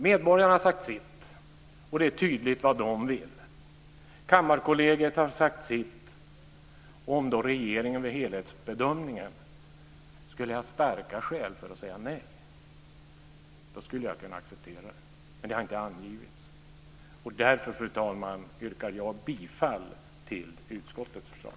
Medborgarna har sagt sitt, och det är tydligt vad de vill. Kammarkollegiet har sagt sitt. Om då regeringen vid helhetsbedömningen skulle ha starka skäl för att säga nej skulle jag kunna acceptera det, men det har inte angivits. Därför, fru talman, yrkar jag bifall till utskottets förslag.